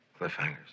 Cliffhangers